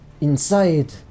Inside